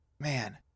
man